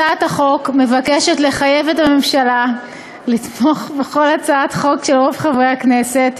הצעת החוק מבקשת לחייב את הממשלה לתמוך בכל הצעת חוק של רוב חברי הכנסת,